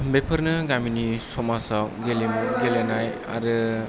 बेफोरनो गामिनि समाजाव गेलेमु गेलेनाय आरो